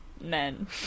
men